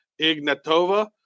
Ignatova